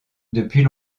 depuis